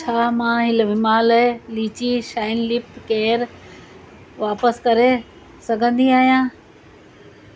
छा मां Himalaya lychee shine lip care वापसि करे सघंदी आहियां